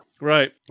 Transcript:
Right